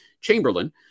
Chamberlain